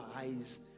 eyes